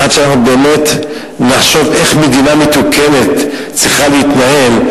עד שאנחנו באמת נחשוב איך מדינה מתוקנת צריכה להתנהל,